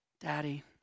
Daddy